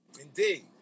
Indeed